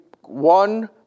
one